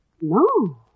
No